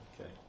Okay